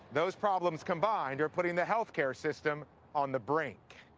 those problems combined are putting the health care system on the brink.